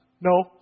No